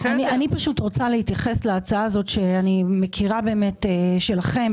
אני פשוט רוצה להתייחס להצעה הזאת שאני מכירה באמת שלכם,